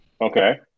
Okay